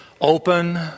Open